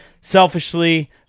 Selfishly